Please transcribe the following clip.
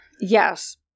Yes